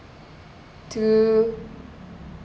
two